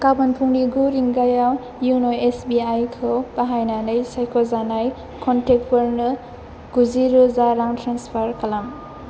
गाबोन फुंनि गु रिंगायाव इउन' एसबिआइखौ बाहायनानै सायख'जानाय क'नटेक्टफोरनो गुजि रोजा रां ट्रेन्सफार खालाम